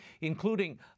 including